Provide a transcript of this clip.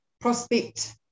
prospect